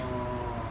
orh